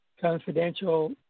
confidential